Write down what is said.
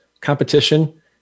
competition